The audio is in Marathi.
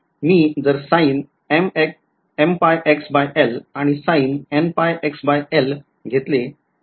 मी जर आणि घेतले तर मला त्याचे रिलेशन मिळाले